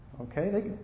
Okay